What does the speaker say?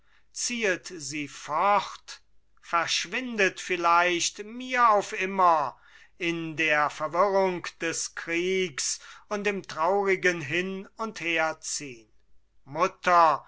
ziehet sie fort verschwindet vielleicht mir auf immer in der verwirrung des kriegs und im traurigen hin und herziehn mutter